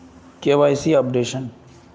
KYC updation?